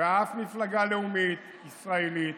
ולאף מפלגה לאומית ישראלית